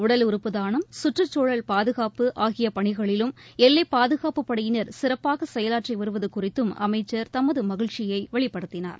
உடல் உறுப்பு தானம் சுற்றுச்சூழல் பாதுகாப்பு ஆகிய பணிகளிலும் எல்லைப் பாதுகாப்புப் படையினர் சிறப்பாக செயலாற்றி வருவது குறித்து அமைச்சர் தமது மகிழ்ச்சியை வெளிப்படுத்தினார்